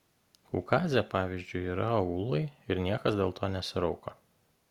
kaukaze pavyzdžiui yra aūlai ir niekas dėl to nesirauko